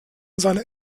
seiner